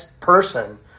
person